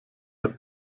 der